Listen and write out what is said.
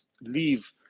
leave